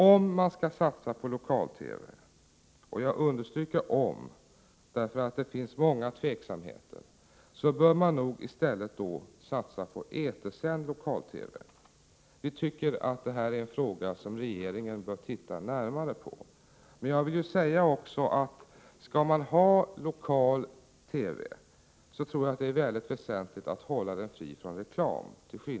Om man skall satsa på lokal-TV — jag understryker om, därför att det finns många tveksamheter — bör man nog i stället satsa på etersänd lokal-TV. Vi tycker att det här är en fråga som regeringen bör titta närmare på. Skall man ha lokal-TV tror jag — till skillnad från vad Anders Björck pläderade för — att det är väsentligt att hålla den fri från reklam.